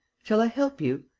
shall i help you?